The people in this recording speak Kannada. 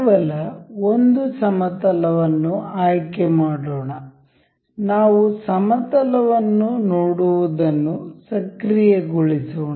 ಕೇವಲ ಒಂದು ಸಮತಲವನ್ನು ಆಯ್ಕೆ ಮಾಡೋಣ ನಾವು ಸಮತಲವನ್ನು ನೋಡುವದನ್ನು ಸಕ್ರಿಯಗೊಳಿಸೋಣ